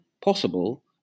Possible